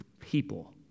people